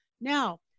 Now